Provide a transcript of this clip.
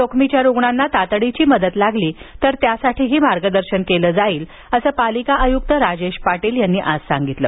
जोखमीच्या रुग्णांना तातडीची मदत लागली तर त्यासाठी मार्गदर्शनही केलं जाईल असं पालिका आयुक्त राजेश पाटील यांनी आज सांगितल